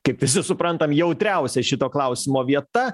kaip visi suprantam jautriausia šito klausimo vieta